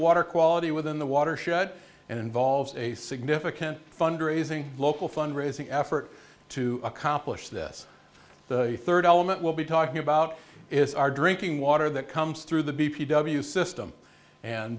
water quality within the watershed and involves a significant fund raising local fund raising effort to accomplish this the third element we'll be talking about is our drinking water that comes through the b p w system and